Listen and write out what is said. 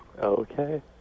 Okay